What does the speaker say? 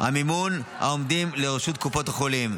המימון העומדים לרשות קופות החולים.